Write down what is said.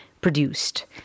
produced